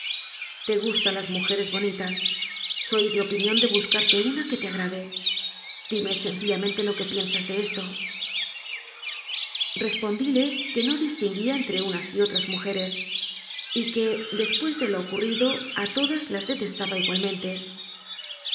te gustan las mujeres bonitas soy de opinión de buscarte una que te agrade dime sen cillamente lo que piensas de esto respondíle que no distinguía entre unas y otras mujeres y que después de lo ocurrido a todas las detestaba igualmente